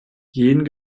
jeden